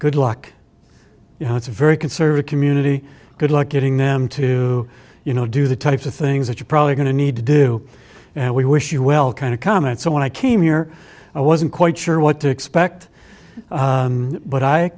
good luck you know it's a very conservative community good luck getting them to you know do the types of things that you're probably going to need to do and we wish you well kind of comment so when i came here i wasn't quite sure what to expect but i